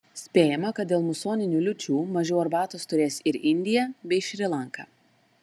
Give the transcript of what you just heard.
spėjama kad dėl musoninių liūčių mažiau arbatos turės ir indija bei šri lanka